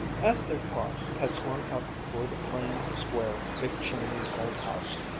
as their car had swung up before the plain, square, big-chimneyed old house,